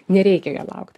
nereikia jo laukt